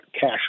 cash